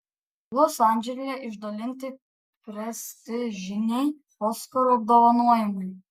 los andžele išdalinti prestižiniai oskarų apdovanojimai